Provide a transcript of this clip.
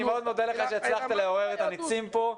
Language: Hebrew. אני מאוד מודה לך שהצלחת לעורר את הנצים פה,